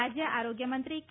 રાજય આરોગ્યમંત્રી કે